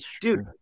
dude